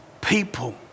people